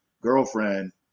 girlfriend